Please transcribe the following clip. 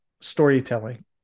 storytelling